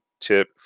tip